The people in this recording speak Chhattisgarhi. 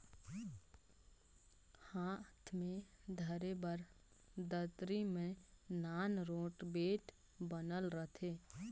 हाथ मे धरे बर दतरी मे नान रोट बेठ बनल रहथे